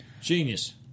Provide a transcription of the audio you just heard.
Genius